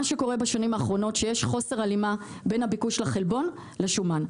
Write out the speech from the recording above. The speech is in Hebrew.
מה שקורה בשנים האחרונות הוא שיש חוסר הלימה בין הביקוש לחלבון ולשומן.